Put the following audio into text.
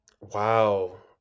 Wow